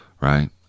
right